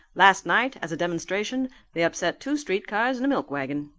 last night, as a demonstration, they upset two streetcars and a milk wagon.